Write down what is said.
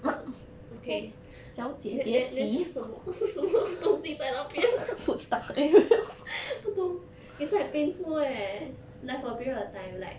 okay then then then 是什么是什么东西在那边 不懂 it's like painful eh like for a period of time like